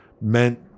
meant